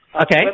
Okay